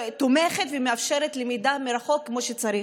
שתומכת ומאפשרת למידה מרחוק כמו שצריך.